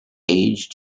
age